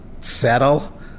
settle